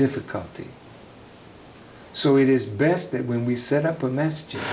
difficulty so it is best that when we set up a message in